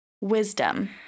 Wisdom